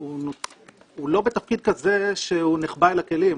הוא לא בתפקיד כזה שהוא נחבא אל הכלים,